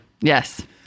yes